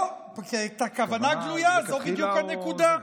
הכוונה גלויה, זאת בדיוק הנקודה.